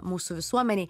mūsų visuomenėj